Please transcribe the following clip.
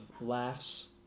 laughs